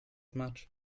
much